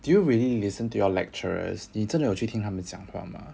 do you really listen to your lecturers 你真的有去听他们讲话吗